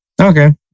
Okay